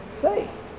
faith